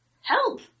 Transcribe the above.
help